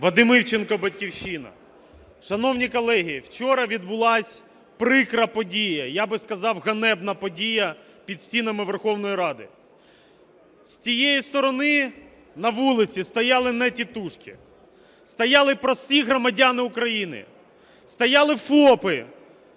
Вадим Івченко, "Батьківщина". Шановні колеги, вчора відбулась прикра подія, я би сказав, ганебна подія, під стінами Верховної Ради. З тієї сторони на вулиці стояли не "тітушки", стояли прості громадяни України, стояли ФОПи